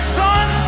son